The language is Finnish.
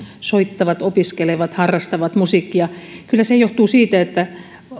soittavat opiskelevat harrastavat musiikkia kyllä se johtuu siitä että